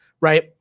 right